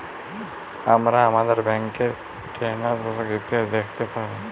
আমরা আমাদের ব্যাংকের টেরানযাকসন ইতিহাস দ্যাখতে পারি